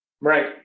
Right